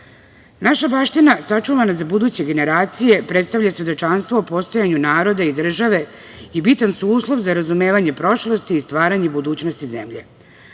baština sačuvana za buduće generacije predstavlja svedočanstvo o postojanju naroda i države i bitan su uslov za razumevanje prošlosti i stvaranje budućnosti zemlje.